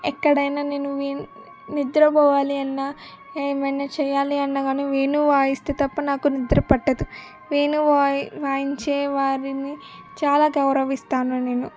ఎక్కడైనా నేను నిన్ నిద్రపోవాలి అన్నా ఏమైనా చెయ్యాలి అన్నా కానీ వేణువు వాయిస్తే తప్ప నాకు నిద్ర పట్టదు వేణువు వాయి వాయించేవారిని చాలా గౌరవిస్తాను నేను